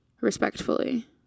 Respectfully